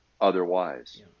otherwise